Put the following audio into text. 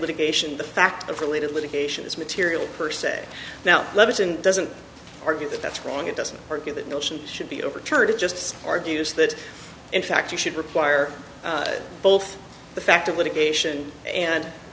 litigation the fact of related litigation is material per se now doesn't argue that that's wrong it doesn't argue that notion should be overturned it just argues that in fact it should require both the fact of litigation and